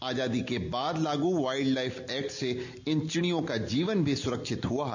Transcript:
आजादी के बाद लागू वाइल्ड लाइफ ऐक्ट से इन चिड़ियों का जीवन भी सुरक्षित हुआ है